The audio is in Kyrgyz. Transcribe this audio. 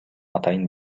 атайын